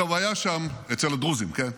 אצל הדרוזים, כן?